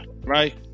Right